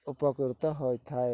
ଉପକୃତ ହୋଇଥାଏ